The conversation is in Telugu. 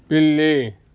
పిల్లి